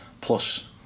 plus